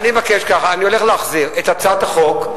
אני מבקש ככה: אני הולך להחזיר את הצעת החוק,